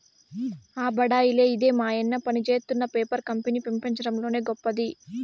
ఆ బడాయిలే ఇదే మాయన్న పనిజేత్తున్న పేపర్ కంపెనీ పెపంచంలోనే గొప్పది